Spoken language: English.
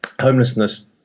homelessness